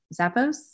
Zappos